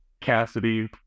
Cassidy